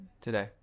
Today